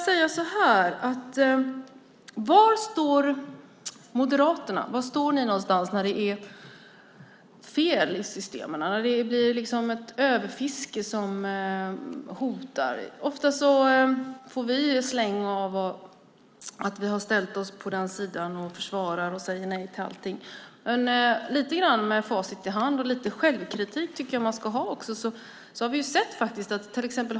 Var står ni moderater när det är fel i systemen, när det finns ett överfiske som hotar? Vi får ofta en släng för att vi har ställt oss på den sidan, försvarar och säger nej till allting. Med facit i hand tycker jag att man ska ha lite självkritik.